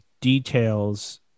details